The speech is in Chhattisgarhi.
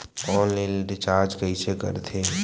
ऑनलाइन रिचार्ज कइसे करथे?